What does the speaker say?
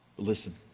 Listen